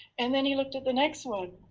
and then he looked at the next one.